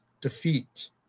defeat